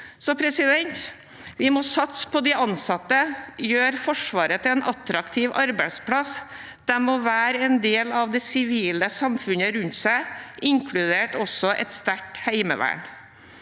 anleggsbransjen. Vi må satse på de ansatte og gjøre Forsvaret til en attraktiv arbeidsplass. De må være en del av det sivile samfunnet rundt seg, inkludert et sterkt heimevern.